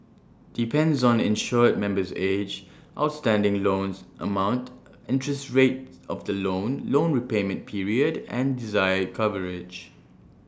depends on insured member's age outstanding loan amount interest rate of the loan loan repayment period and desired coverage